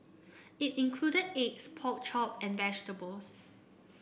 it included eggs pork chop and vegetables